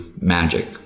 magic